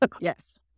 Yes